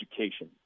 education